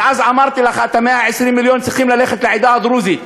ואז אמרתי לך ש-120 המיליון צריכים ללכת לעדה הדרוזית,